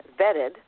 vetted